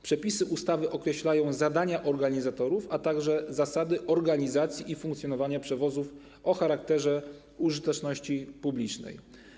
Przepisy ustawy określają zadania organizatorów, a także zasady organizacji i funkcjonowania przewozów o charakterze użyteczności publicznej.